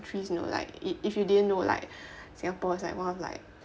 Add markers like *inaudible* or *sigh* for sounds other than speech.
like if if you didn't know like *breath* singapore is like one of like